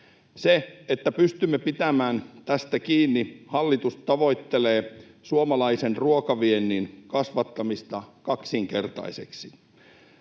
Jotta pystymme pitämään tästä kiinni, tavoittelee hallitus suomalaisen ruokaviennin kasvattamista kaksinkertaiseksi.